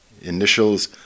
initials